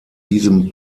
diesem